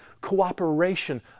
cooperation